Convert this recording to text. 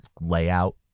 layout